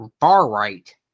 far-right